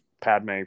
Padme